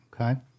Okay